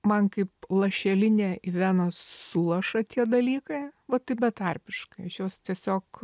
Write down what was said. man kaip lašelinę į veną sulaša tie dalykai va taip betarpiškai aš juos tiesiog